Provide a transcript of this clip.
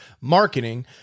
marketing